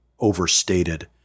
overstated